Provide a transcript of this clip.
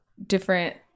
Different